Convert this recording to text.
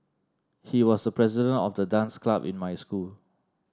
he was the president of the dance club in my school